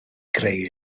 greu